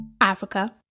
Africa